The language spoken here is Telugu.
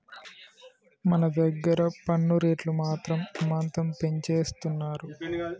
మన దగ్గర పన్ను రేట్లు మాత్రం అమాంతం పెంచేస్తున్నారు